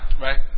right